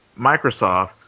Microsoft